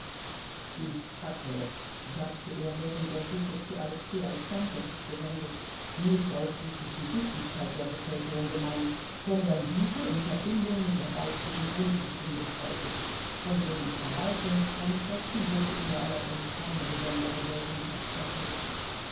ich hatte sagte er während der suppe zu alexei alexandrowitsch gewendet nicht ausschließlich die dichtigkeit der bevölkerung gemeint sondern diese in verbindung mit der geistigen grundrichtung des volkes von den verwaltungsgrundsätzen würde ich mir allerdings keine besondere wirkung versprechen